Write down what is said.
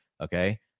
Okay